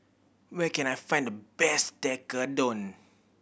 where can I find the best Tekkadon